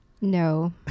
No